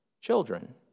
children